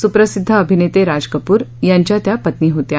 सुप्रसिद्ध अभिनेते राज कपूर यांच्या त्या पत्नी होत्या